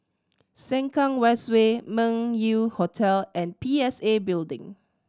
Sengkang West Way Meng Yew Hotel and P S A Building